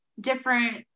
different